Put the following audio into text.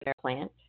plant